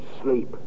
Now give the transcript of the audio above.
sleep